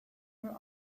were